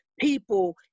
people